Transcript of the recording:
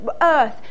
earth